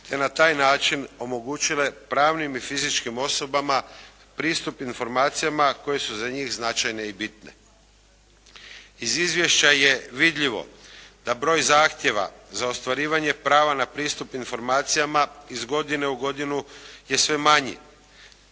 te na taj način omogućile pravnim i fizičkim osobama pristup informacijama koje su za njih značajne i bitne. Iz izvješća je vidljivo da broj zahtjeva za ostvarivanje prava na pristup informacijama iz godine u godinu je sve manji.